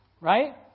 right